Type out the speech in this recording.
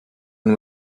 and